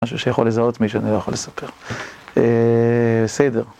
משהו שיכול לזהות, מי שאני לא יכול לספר, בסדר.